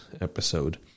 episode